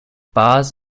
bars